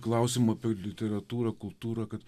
klausimų apie literatūrą kultūrą kad